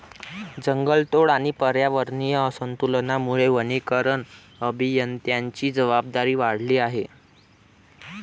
जंगलतोड आणि पर्यावरणीय असंतुलनामुळे वनीकरण अभियंत्यांची जबाबदारी वाढली आहे